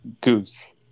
Goose